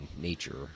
nature